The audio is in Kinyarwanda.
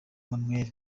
manuel